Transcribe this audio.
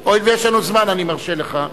אני מרשה לך.